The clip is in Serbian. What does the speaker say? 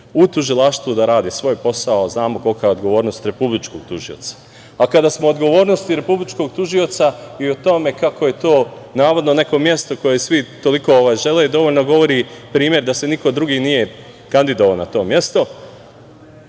u tužilaštvu da rade svoj posao. Znamo kolika je odgovornost Republičkog tužioca, a kada smo kod odgovornosti Republičkog tužioca i o tome kako je to navodno neko mesto koje svi toliko žele, dovoljno govori primer da se niko drugi nije kandidovao na to mesto